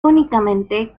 únicamente